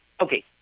Okay